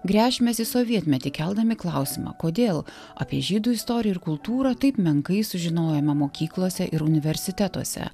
gręšimės į sovietmetį keldami klausimą kodėl apie žydų istoriją ir kultūrą taip menkai sužinojome mokyklose ir universitetuose